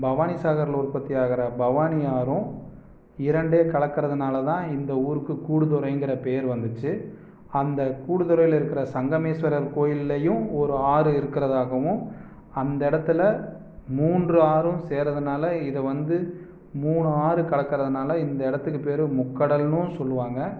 பவானி சாகரில் உற்பத்தி ஆகிற பவானி ஆறும் இரண்டும் கலக்கிறதுனால தான் இந்த ஊருக்கு கூடுதுறைங்கிற பேர் வந்துச்சு அந்த கூடுதுறையில இருக்கிற சங்கமேஸ்வரர் கோயில்லையும் ஒரு ஆறு இருக்குறதாகவும் அந்த இடத்துல மூன்று ஆறும் சேருறதுனால இது வந்து மூணு ஆறு கலக்கறதுனால இந்த இடத்துக்கு பேர் முக்கடல்னும் சொல்லுவாங்க